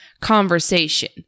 conversation